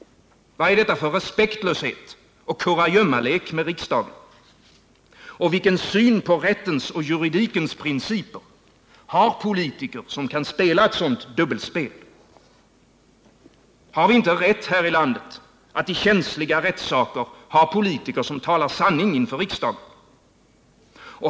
Vad är detta för respektlöshet och kurragömmalek med riksdagen? Vilken syn på rättens och juridikens principer har politiker, som kan spela ett sådant dubbelspel? Har vi inte rätt här i landet att i känsliga rättssaker ha politiker som talar sanning inför riksdagen?